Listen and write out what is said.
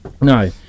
no